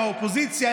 מהאופוזיציה,